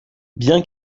bien